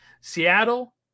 Seattle